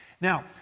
Now